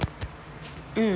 um